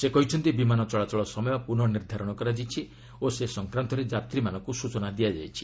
ସେ କହିଛନ୍ତି ବିମାନ ଚଳାଚଳ ସମୟ ପ୍ରନଃ ନିର୍ଦ୍ଧାରଣ କରାଯାଇଛି ଓ ସେ ସଂକ୍ରାନ୍ତରେ ଯାତ୍ରୀମାନଙ୍କୁ ସ୍ବଚନା ଦିଆଯାଇଛି